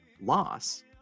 loss